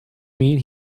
mean